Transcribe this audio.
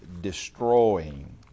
destroying